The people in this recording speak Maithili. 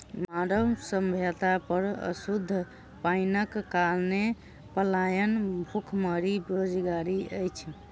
मानव सभ्यता पर अशुद्ध पाइनक कारणेँ पलायन, भुखमरी, बेरोजगारी अछि